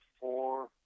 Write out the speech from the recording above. four